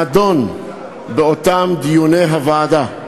נדון בדיוני הוועדה,